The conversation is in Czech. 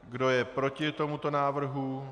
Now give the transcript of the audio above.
Kdo je proti tomuto návrhu?